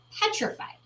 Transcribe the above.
petrified